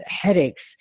headaches